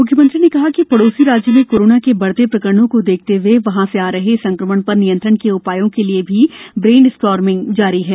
म्ख्यमंत्री ने कहा कि पड़ोसी राज्य में कोरोना के बढ़ते प्रकरणों को देखते हुए वहां से आ रहे संक्रमण पर नियंत्रण के उपायों के लिए भी ब्रेन स्टॉर्मिंग जारी है